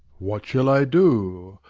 what shall i do?